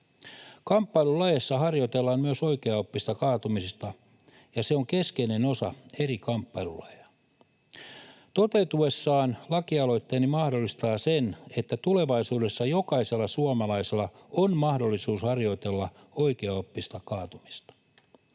Kamppailulajeissa harjoitellaan myös oikeaoppista kaatumista, ja se on keskeinen osa eri kamppailulajeja. Toteutuessaan lakialoitteeni mahdollistaa sen, että tulevaisuudessa jokaisella suomalaisella on mahdollisuus harjoitella oikeaoppista kaatumista.